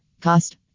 Cost